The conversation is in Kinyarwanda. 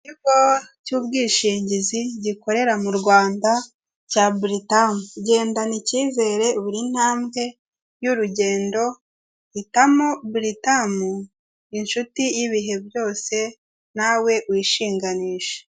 Ikigo cy'ubwishingizi gikorera mu Rwanda cya Britam, gendana icyizere buri ntambwe y'urugendo, hitamo Britam inshuti y'ibihe byose nawe wishinganishe.